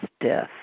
death